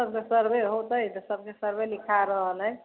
सबके सर्वे होतै तऽ सबके सर्वे लिखाए रहल है